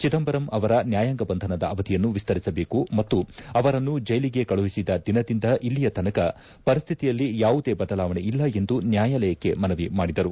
ಚಿದಂಬರಂ ಅವರ ನ್ಯಾಯಾಂಗ ಬಂಧನದ ಅವಧಿಯನ್ನು ವಿಸ್ತರಿಸಬೇಕು ಮತ್ತು ಅವರನ್ನು ಜೈಲಿಗೆ ಕಳುಹಿಸಿದ ದಿನದಿಂದ ಇಲ್ಲಿಯತನಕ ಪರಿಸ್ತಿತಿಯಲ್ಲಿ ಯಾವುದೇ ಬದಲಾವಣೆ ಇಲ್ಲ ಎಂದು ನ್ಲಾಯಾಲಯಕ್ಕೆ ಮನವಿ ಮಾಡಿದರು